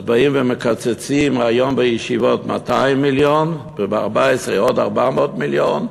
אז באים ומקצצים היום בישיבות 200 מיליון וב-2014 עוד 400 מיליון.